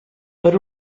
per